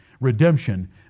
redemption